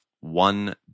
one